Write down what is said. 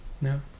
No